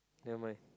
never mind